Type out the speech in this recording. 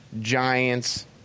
Giants